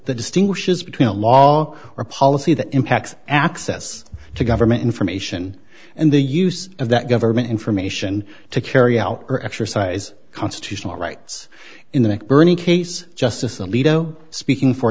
that distinguishes between a law or policy that impacts access to government information and the use of that government information to carry out or exercise constitutional rights in the mcburney case justice alito speaking for